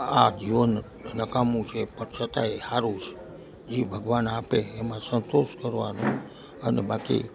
આ જીવન નકામું છે પણ છતાંય હારું છે જે ભગવાન આપે એમાં સંતોષ કરવાનો અને બાકી